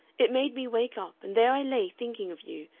it made me wake up, and there i lay thinking of you,